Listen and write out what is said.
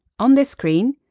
on this screen,